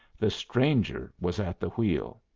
the stranger was at the wheel.